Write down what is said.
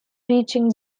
reaching